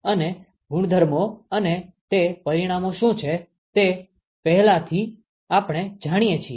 અને ગુણધર્મો અને તે પરિમાણો શું છે તે આપણે પહેલાથી જાણીએ છીએ